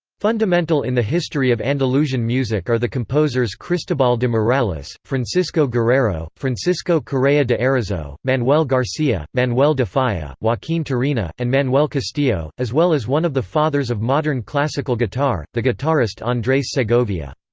fundamental in the history of andalusian music are the composers cristobal de morales, francisco guerrero, francisco correa de arauxo, manuel garcia, manuel de falla, joaquin turina, and manuel castillo, as well as one of the fathers of modern classical guitar, the guitarist andres segovia.